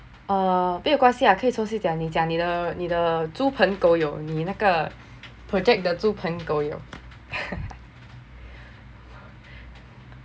err 没有关系啊可以随时讲你讲你的猪朋狗友你那个 project 的猪朋狗友